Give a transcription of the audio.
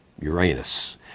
Uranus